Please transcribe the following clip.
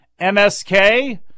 MSK